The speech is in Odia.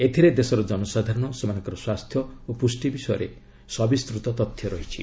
ଏଥିରେ ଦେଶର ଜନସାଧାରଣ ସେମାନଙ୍କର ସ୍ୱାସ୍ଥ୍ୟ ଓ ପୁଷ୍ଟି ବିଷୟରେ ସବିସ୍ତୃତ ତଥ୍ୟ ରହିଛି